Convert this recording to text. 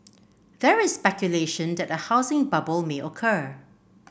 there is speculation that a housing bubble may occur